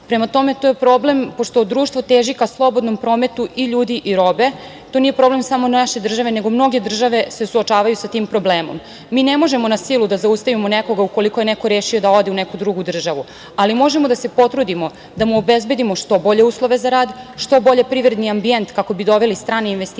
Prema tome, to je problem, pošto društvo teži ka slobodnom prometu i ljudi i robe, to nije problem samo naše države, nego mnoge države se suočavaju sa tim problemom. Mi ne možemo na silu da zaustavimo nekoga ukoliko je rešio da ode u neku drugu državu, ali možemo da se potrudimo da mu obezbedimo što bolje uslove za rad, što bolji privredni ambijent kako bi doveli strane investicije,